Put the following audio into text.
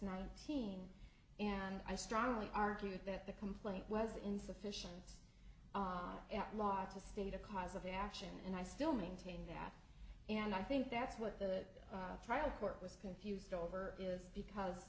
nineteen and i strongly argued that the complaint was insufficient law to state a cause of action and i still maintain that and i think that's what the trial court was confused over is because